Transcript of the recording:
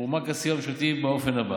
הועמק הסיוע הממשלתי באופן הבא,